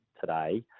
today